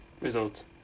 results